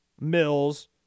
Mills